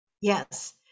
Yes